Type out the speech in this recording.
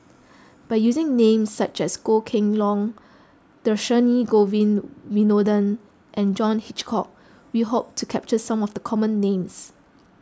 by using names such as Goh Kheng Long Dhershini Govin Winodan and John Hitchcock we hope to capture some of the common names